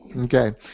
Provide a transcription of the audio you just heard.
Okay